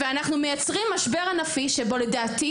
ואנחנו מייצרים משבר ענפי שבו לדעתי,